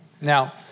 Now